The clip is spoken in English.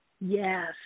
Yes